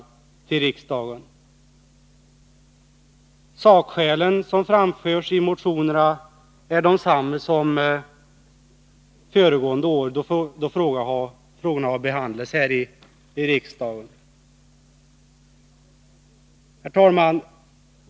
De sakskäl som framförs i motionerna är desamma som föregående år då frågorna behandlades i riksdagen. Herr talman!